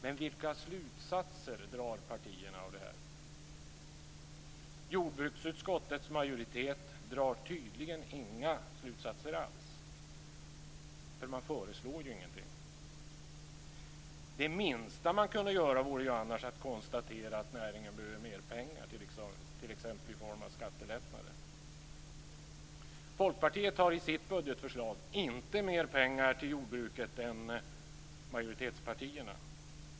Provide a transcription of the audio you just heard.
Men vilka slutsatser drar partierna av detta? Jordbruksutskottets majoritet drar tydligen inga slutsatser alls, för man föreslår ju ingenting. Det minsta man kunde göra vore ju annars att konstatera att näringen behöver mer pengar, t.ex. i form av skattelättnader. Folkpartiet har i sitt budgetförslag inte mer pengar till jordbruket än majoritetspartierna.